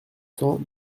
cents